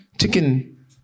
chicken